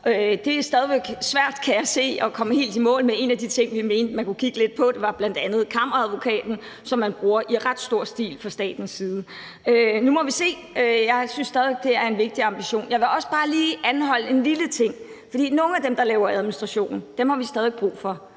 Det er stadig væk svært, kan jeg se, at komme helt i mål med en af de ting, vi mente man kunne kigge lidt på. Det var bl.a. Kammeradvokaten, som man bruger i ret stor stil fra statens side. Nu må vi se. Jeg synes stadig væk, det er en vigtig ambition. Jeg vil også bare lige anholde en lille ting, for nogle af dem, der laver administration, har vi stadig væk brug for.